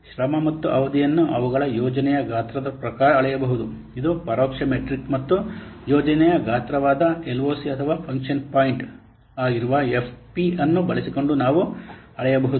ಶ್ರಮ ಮತ್ತು ಅವಧಿಯನ್ನು ಅವುಗಳನ್ನು ಯೋಜನೆಯ ಗಾತ್ರದ ಪ್ರಕಾರ ಅಳೆಯಬಹುದು ಇದು ಪರೋಕ್ಷ ಮೆಟ್ರಿಕ್ ಮತ್ತು ಯೋಜನೆಯ ಗಾತ್ರವಾದ LOC ಅಥವಾ ಫಂಕ್ಷನ್ ಪಾಯಿಂಟ್ ಆಗಿರುವ FP ಅನ್ನು ಬಳಸಿಕೊಂಡು ನಾವು ಅಳೆಯಬಹುದು